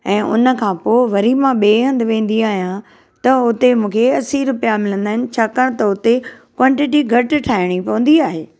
ऐं हुन खां पोइ वरी मां ॿिए हंधु वेंदी आहियां त हुते मूंखे असी रुपया मिलंदा आहिनि छाकाणि त हुते क्वांटिटी घटि ठाहिणी पवंदी आहे